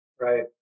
Right